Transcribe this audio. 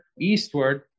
eastward